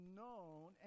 known